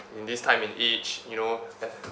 in this time and age you know